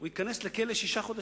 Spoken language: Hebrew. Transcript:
הוא ייכנס לכלא לשישה חודשים.